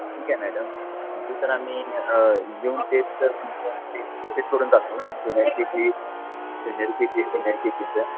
ठीक आहे मॅडम तर आम्ही येऊन तेच विजिट करून जातो junior K G junior K G senior K जीचं